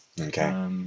Okay